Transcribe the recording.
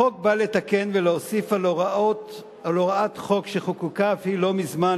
החוק בא לתקן ולהוסיף על הוראת חוק שחוקקה אף היא לא מזמן,